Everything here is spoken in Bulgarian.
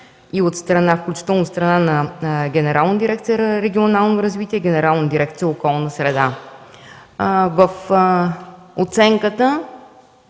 комисия, включително и от страна на Генерална дирекция „Регионално развитие”, и Генерална дирекция „Околна среда”.